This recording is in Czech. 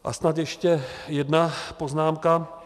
A snad ještě jedna poznámka.